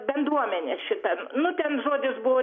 bendruomenė šita nu ten žodis buvo